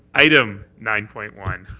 item nine point one.